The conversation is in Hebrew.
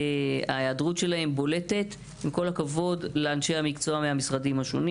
ההיעדרות שלהם בולטת עם כל הכבוד לאנשי המקצוע והמשרדים השונים